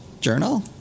journal